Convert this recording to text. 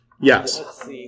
Yes